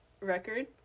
record